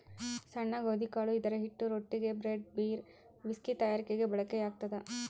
ಸಣ್ಣ ಗೋಧಿಕಾಳು ಇದರಹಿಟ್ಟು ರೊಟ್ಟಿಗೆ, ಬ್ರೆಡ್, ಬೀರ್, ವಿಸ್ಕಿ ತಯಾರಿಕೆಗೆ ಬಳಕೆಯಾಗ್ತದ